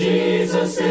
Jesus